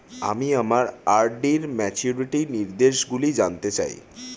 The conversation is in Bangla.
আমি আমার আর.ডি র ম্যাচুরিটি নির্দেশগুলি জানতে চাই